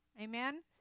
Amen